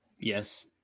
Yes